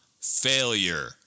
failure